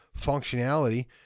functionality